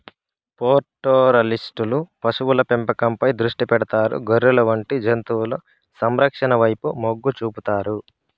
పాస్టోరలిస్టులు పశువుల పెంపకంపై దృష్టి పెడతారు, గొర్రెలు వంటి జంతువుల సంరక్షణ వైపు మొగ్గు చూపుతారు